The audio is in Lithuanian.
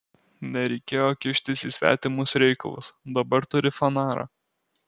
nereikėjo kištis į svetimus reikalus dabar turi fanarą